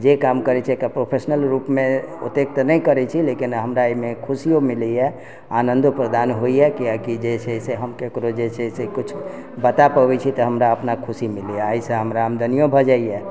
जे काम करै छियै एकरा प्रोफेशनल रूपमे ओतेक तऽ नहि करै छियै लेकिन हमरा अइमे खुशियो मिलैए आनन्दो प्रदान होइए किएककि जे छै से हम केकरो जे छै से किछु बता पबै छियै तऽ हमरा अपना खुशी मिलैए अइसे हमरा आमदनियो भऽ जाइए